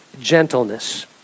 gentleness